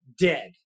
dead